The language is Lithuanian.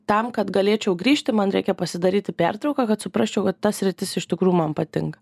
tam kad galėčiau grįžti man reikia pasidaryti pertrauką kad suprasčiau kad ta sritis iš tikrų man patinka